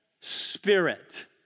spirit